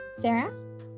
Sarah